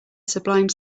sublime